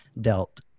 dealt